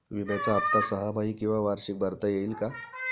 विम्याचा हफ्ता सहामाही किंवा वार्षिक भरता येईल का?